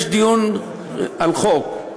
יש דיון על חוק,